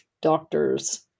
doctors